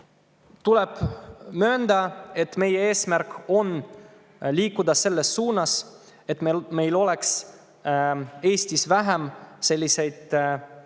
möönda, et meie eesmärk on liikuda selles suunas, et meil oleks Eestis vähem selliseid